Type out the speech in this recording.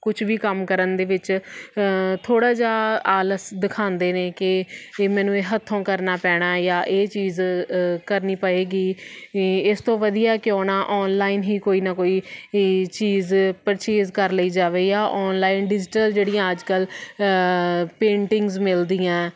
ਕੁਝ ਵੀ ਕੰਮ ਕਰਨ ਦੇ ਵਿੱਚ ਥੋੜ੍ਹਾ ਜਿਹਾ ਆਲਸ ਦਿਖਾਉਂਦੇ ਨੇ ਕਿ ਇਹ ਮੈਨੂੰ ਇਹ ਹੱਥੋਂ ਕਰਨਾ ਪੈਣਾ ਜਾਂ ਇਹ ਚੀਜ਼ ਕਰਨੀ ਪਏਗੀ ਅਤੇ ਇਸ ਤੋਂ ਵਧੀਆ ਕਿਉਂ ਨਾ ਆਨਲਾਈਨ ਹੀ ਕੋਈ ਨਾ ਕੋਈ ਚੀਜ਼ ਪਰਚੇਜ ਕਰ ਲਈ ਜਾਵੇ ਜਾਂ ਆਨਲਾਈਨ ਡਿਜੀਟਲ ਜਿਹੜੀਆਂ ਅੱਜ ਕੱਲ੍ਹ ਪੇਂਟਿੰਗ ਮਿਲਦੀਆਂ